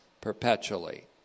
perpetually